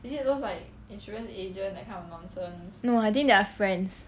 no I think they are friends